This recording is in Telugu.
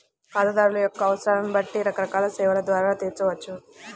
ఖాతాదారుల యొక్క అవసరాలను బట్టి రకరకాల సేవల ద్వారా తీర్చవచ్చు